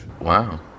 wow